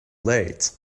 late